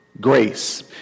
grace